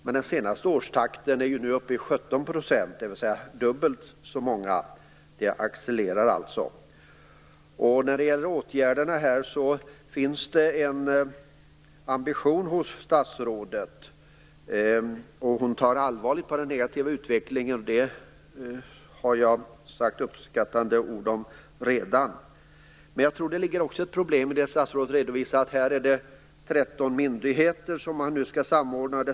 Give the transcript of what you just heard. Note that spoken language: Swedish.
Den senaste årstakten är uppe i 17 %, dvs. dubbelt så många. Takten accelererar. Det finns en ambition hos statsrådet i fråga om åtgärder. Hon ser allvarligt på den negativa utvecklingen. Det har jag redan sagt uppskattande ord om. Men det finns även ett problem i det statsrådet redovisade att här skall 13 myndigheter samordnas.